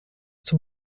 zum